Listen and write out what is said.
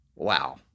wow